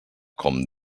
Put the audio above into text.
com